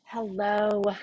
Hello